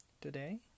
Today